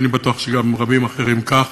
ואני בטוח שגם עם רבים אחרים כך.